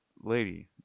lady